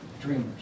dreamers